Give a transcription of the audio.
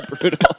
brutal